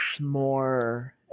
more